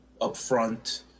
upfront